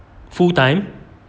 full time